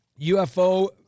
UFO